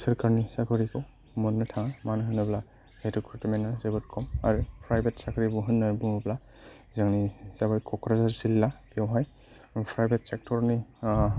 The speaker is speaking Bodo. सोरकारनि साकरिखौ मोननो थाङा मानो होनोब्ला बे रेक्रुइटमेन्टा जोबोद खम आरो प्राइभेट साख्रि होननानै बुङोब्ला जोंनि जा बे क'क्राझार जिल्ला बेयावहाय प्राइभेट सेक्ट'रनि